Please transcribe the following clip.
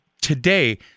today